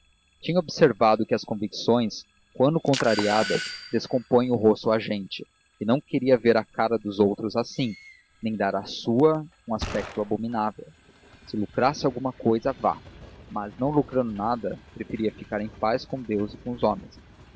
tinha observado que as convicções quando contrariadas descompõem o rosto à gente e não queria ver a cara dos outros assim nem dar à sua um aspecto abominável se lucrasse alguma cousa vá mas não lucrando nada preferia ficar em paz com deus e os homens